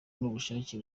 n’ubushake